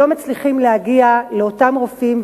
שלא מצליחים להגיע לאותם רופאים,